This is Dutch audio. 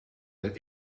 het